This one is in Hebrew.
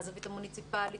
מהזווית המוניציפאלית,